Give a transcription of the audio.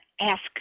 ask